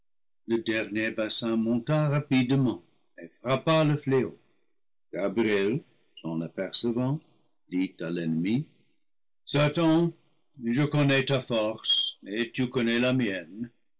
le dernier bassin monta rapidement et frappa le fléau gabriel s'en apercevant dit à l'ennemi l'ennemi satan je connais ta force et tu connais la mienne